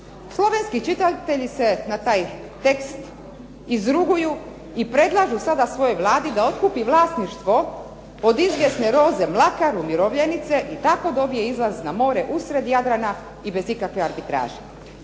Slovenski čitatelji se na taj tekst izruguju i predlažu sada svojoj Vladi da otkupi vlasništvo od izvjesne Roze Mlakar umirovljenice i tako dobije izlaz na more usred Jadrana i bez ikakve arbitraže.